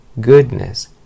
goodness